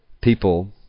People